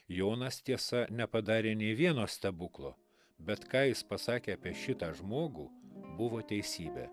jonas tiesa nepadarė nei vieno stebuklo bet ką jis pasakė apie šitą žmogų buvo teisybė